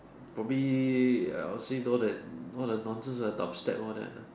for me I will say all that all the nonsense ah dub step all that lah